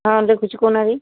ହଁ ଦେଖୁଛି କହୁନାହାନ୍ତି